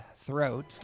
throat